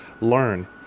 learn